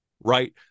Right